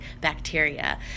bacteria